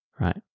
right